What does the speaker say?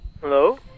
hello